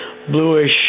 bluish